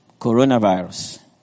coronavirus